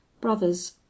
Brothers